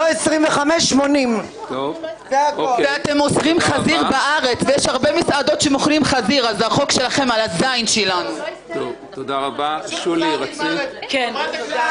לא 25, 80. שולי, בבקשה.